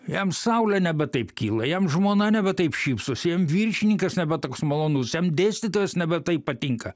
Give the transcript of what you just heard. jam saulė nebe taip kyla jam žmona nebe taip šypsosi jam viršininkas nebe toks malonus jam dėstytojas nebe taip patinka